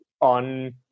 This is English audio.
on